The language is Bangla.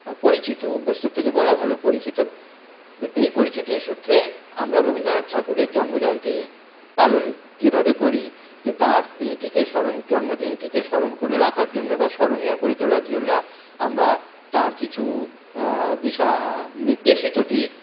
পরিচিত অভ্যস্তর থেকে বলা ভালো পরিচিত এই পরিচিতির সূত্রে আমরা রবীন্দ্রনাথ ঠাকুরের জন্মজয়ন্তী পালন যেভাবে করি যে তার দিনটিকে স্মরণ জন্মদিনটিকে স্মরণ করে রাখার জন্য বা স্মরণীয় করে তোলার জন্য আমরা তার কিছু দিশা নির্দেশিত দিক